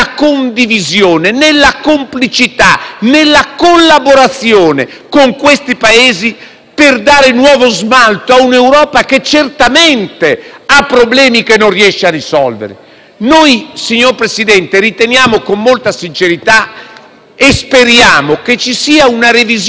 per dare nuovo smalto a un'Europa che certamente ha problemi che non riesce a risolvere? Signor Presidente, noi riteniamo con molta sincerità e speriamo che ci sia una revisione critica della politica del Governo e che l'Italia riprenda il posto che ha sempre avuto. Lei ha